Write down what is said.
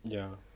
ya